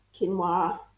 quinoa